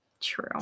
true